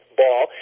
ball